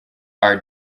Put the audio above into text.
are